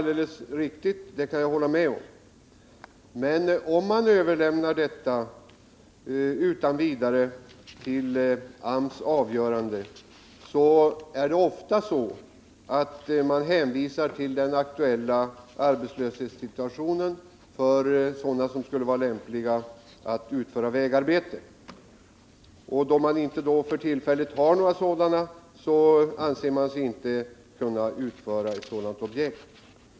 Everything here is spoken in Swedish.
Det kan jag hålla med om, men om detta överlämnas till AMS avgörande, då händer det ofta att man hänvisar till den aktuella arbetslöshetssituationen för personer som skulle vara lämpade att utföra vägarbeten. Om det för tillfället inte finns några sådana, anser man sig inte heller kunna utföra något vägbygge.